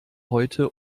heute